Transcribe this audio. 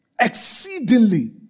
exceedingly